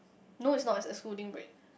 no is not is excluding break